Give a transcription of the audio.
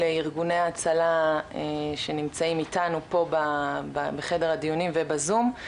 ארגוני ההצלה שנמצאים איתנו פה בחדר הדיונים ובזום.